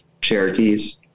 Cherokees